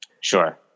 Sure